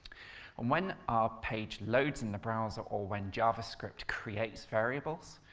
ah when our page loads in the browser or when javascript creates variables,